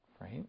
right